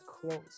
close